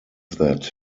that